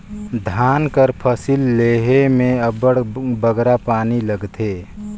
धान कर फसिल लेहे में अब्बड़ बगरा पानी लागथे